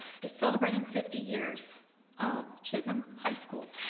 to celebrating fifty years of chisholm high school.